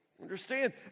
Understand